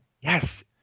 Yes